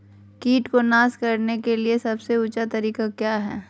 किट को नास करने के लिए सबसे ऊंचे तरीका काया है?